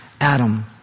Adam